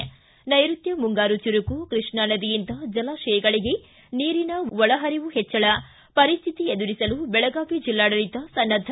ಿ ನೈರುತ್ತ ಮುಂಗಾರು ಚುರುಕು ಕೃಷ್ಣಾ ನದಿಯಿಂದ ಜಲಾಶಯಗಳಿಗೆ ನೀರಿನ ಒಳಪರಿವು ಹೆಚ್ಚಳ ಪರಿಶ್ವಿತಿ ಎದುರಿಸಲು ಬೆಳಗಾವಿ ಜಿಲ್ಲಾಡಳಿತ ಸನ್ನದ್ದ